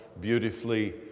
beautifully